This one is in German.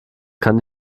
kann